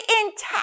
intact